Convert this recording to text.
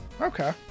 Okay